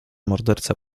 morderca